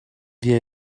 wir